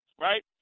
right